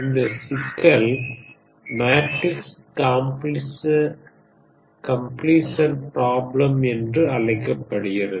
இந்த சிக்கல் matrix completion problem என்று அழைக்கப்படுகிறது